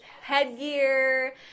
headgear